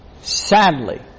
Sadly